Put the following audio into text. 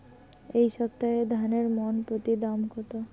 এই সপ্তাহে ধানের মন প্রতি দাম কত?